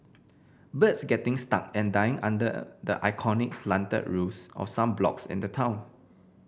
birds getting stuck and dying under the iconic slanted roofs of some blocks in the town